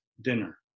dinner